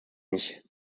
nicht